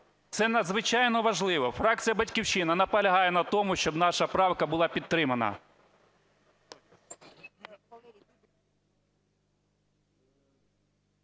Це надзвичайно важливо. Фракція "Батьківщина" наполягає на тому, щоб наша правка була підтримана.